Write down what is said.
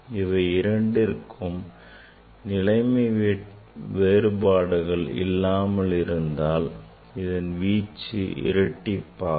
அவை இரண்டுக்கும் நிலைமை வேறுபாடுகள் இல்லாமலிருந்தால் அதன் வீச்சு இரட்டிப்பாகும்